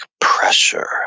pressure